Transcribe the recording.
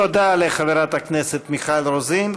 תודה לחברת הכנסת מיכל רוזין.